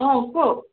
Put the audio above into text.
অঁ কওক